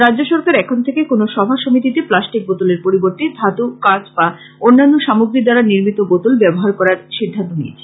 রাজ্য সরকার এখন থেকে কোন সভা সমিতিতে প্লাষ্টিট বোতলের পরিবর্তে ধাতু কাঁচ বা অন্যান্য সামগ্রী দ্বারা নির্মীত বোতল ব্যবহার করার সিদ্ধান্ত নিয়েছে